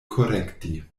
korekti